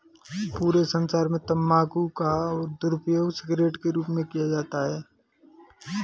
पूरे संसार में तम्बाकू का दुरूपयोग सिगरेट के रूप में किया जाता है